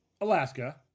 Alaska